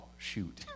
shoot